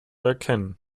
erkennen